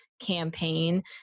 campaign